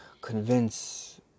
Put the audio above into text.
Convince